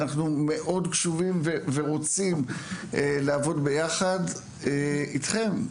אנחנו קשובים ורוצים לעבוד ביחד איתכם.